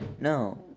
No